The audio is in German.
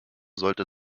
sollte